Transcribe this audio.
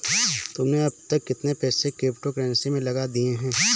तुमने अब तक कितने पैसे क्रिप्टो कर्नसी में लगा दिए हैं?